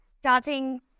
starting